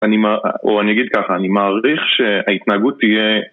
אני מע... או אני אגיד ככה, אני מעריך שההתנהגות תהיה...